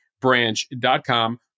branch.com